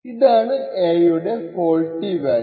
ഇതാണ് a യുടെ faulty value